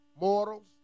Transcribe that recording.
mortals